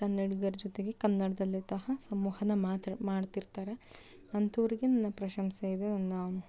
ಕನ್ನಡಿಗರ ಜೊತೆಗೆ ಕನ್ನಡದಲ್ಲೇ ತಹ ಸಂವಹನ ಮಾತ್ರೆ ಮಾಡ್ತಿರ್ತಾರೆ ಅಂಥೋರಿಗೆ ನನ್ನ ಪ್ರಶಂಸೆ ಇದೆ ನನ್ನ